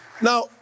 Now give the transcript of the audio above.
Now